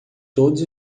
todos